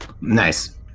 Nice